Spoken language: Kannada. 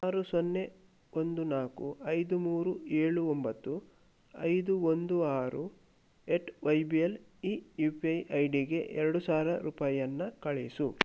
ಆರು ಸೊನ್ನೆ ಒಂದು ನಾಲ್ಕು ಐದು ಮೂರು ಏಳು ಒಂಬತ್ತು ಐದು ಒಂದು ಆರು at Y B L E U P I I ಡಿಗೆ ಎರಡು ಸಾವಿರ ರೂಪಾಯನ್ನ ಕಳಿಸು